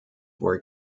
were